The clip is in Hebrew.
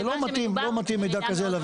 זה לא מתאים להעביר לו מידע כזה.